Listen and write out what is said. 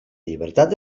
llibertat